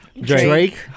drake